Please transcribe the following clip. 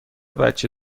بچه